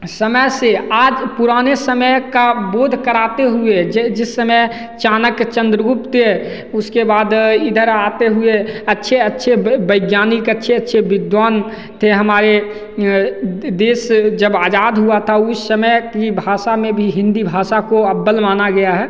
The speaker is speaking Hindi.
समय से आज पुराने समय का बोध कराते हुए जिस समय चाणक्य चन्द्रगुप्त उसके बाद इधर आते हुए अच्छे अच्छे वे वैज्ञानिक अच्छे अच्छे विद्वान थे हमारे देश जब आजाद हुआ था उस समय की भाषा में भी हिंदी भाषा को अव्वल माना गया है